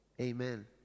amen